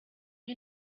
you